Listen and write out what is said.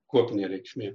kuopinė reikšmė